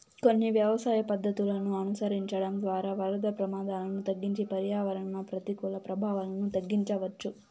కొన్ని వ్యవసాయ పద్ధతులను అనుసరించడం ద్వారా వరద ప్రమాదాలను తగ్గించి పర్యావరణ ప్రతికూల ప్రభావాలను తగ్గించవచ్చు